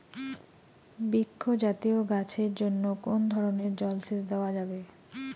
বৃক্ষ জাতীয় গাছের জন্য কোন ধরণের জল সেচ দেওয়া যাবে?